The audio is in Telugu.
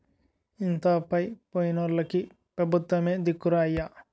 ఇంత అప్పయి పోనోల్లకి పెబుత్వమే దిక్కురా అయ్యా